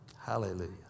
Hallelujah